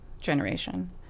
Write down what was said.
generation